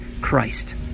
Christ